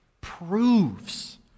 proves